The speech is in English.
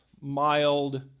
mild